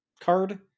card